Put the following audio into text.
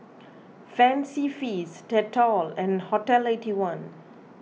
Fancy Feast Dettol and Hotel Eighty One